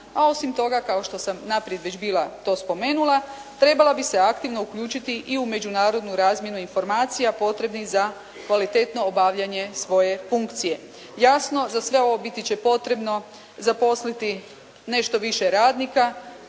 a osim toga kao što sam naprijed već bila to spomenula trebala bi se aktivno uključiti i u međunarodnu razmjenu informacija potrebnih za kvalitetno obavljanje svoje funkcije. Jasno, za sve ovo biti će potrebno zaposliti nešto više radnika,